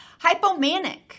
Hypomanic